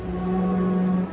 no